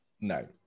No